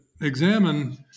examine